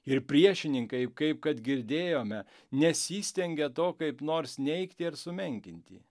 ir priešininkai kaip kad girdėjome nesistengia to kaip nors neigti ar sumenkinti